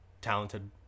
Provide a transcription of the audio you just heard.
talented